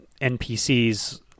NPCs